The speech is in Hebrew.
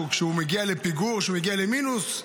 כשהוא מגיע לפיגור, כשהוא מגיע למינוס,